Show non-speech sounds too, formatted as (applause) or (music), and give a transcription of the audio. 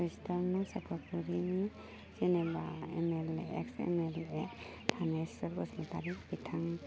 खृष्टान (unintelligible) जेनेबा M L A ex M L A Thaneswar Basumatary बिथां